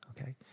okay